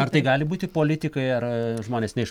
ar tai gali būti politikai ar žmonės ne iš